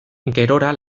gerora